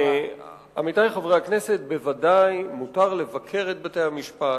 עמיתי חברי הכנסת, בוודאי, מותר לבקר את בתי-המשפט